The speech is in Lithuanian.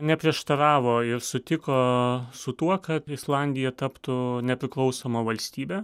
neprieštaravo ir sutiko su tuo kad islandija taptų nepriklausoma valstybė